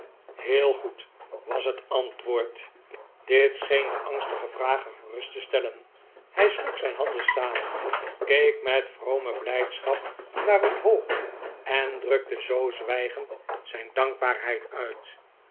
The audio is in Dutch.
heel goed was het antwoord dit scheen den angstigen vrager gerust te stellen hij sloeg zijn handen samen keek met vrome blijdschap naar omhoog en drukte zoo zwijgend zijn dankbaarheid uit